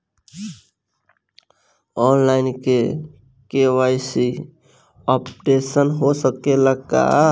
आन line KYC updation हो सकेला का?